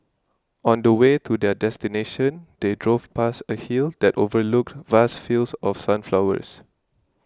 on the way to their destination they drove past a hill that overlooked vast fields of sunflowers